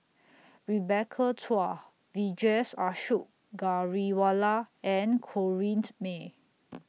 Rebecca Chua Vijesh Ashok Ghariwala and Corrinne May